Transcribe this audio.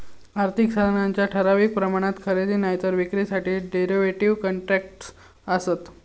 आर्थिक साधनांच्या ठराविक प्रमाणात खरेदी नायतर विक्रीसाठी डेरीव्हेटिव कॉन्ट्रॅक्टस् आसत